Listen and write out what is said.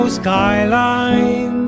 skyline